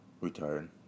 Retired